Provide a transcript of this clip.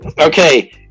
Okay